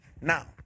Now